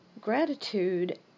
Gratitude